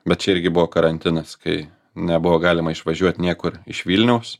bet čia irgi buvo karantinas kai nebuvo galima išvažiuot niekur iš vilniaus